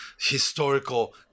historical